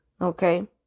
okay